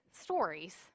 stories